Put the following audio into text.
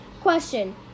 Question